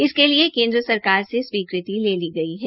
इसके लिए केन्द्र सरकार से स्वीकृति ले ली गई है